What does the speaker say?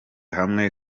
hamwe